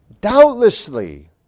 Doubtlessly